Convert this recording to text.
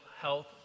health